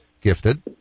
gifted